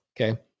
okay